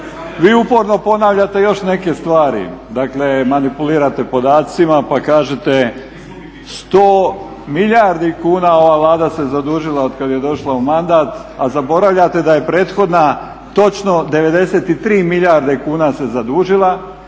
vi uporno ponavljate još neke stvari, dakle manipulirate podacima pa kažete 100 milijardi kuna ova Vlada se zadužila otkad je došla u mandat, a zaboravljate da je prethodna točno 93 milijarde kuna se zadužila,